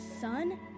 son